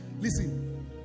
listen